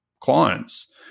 clients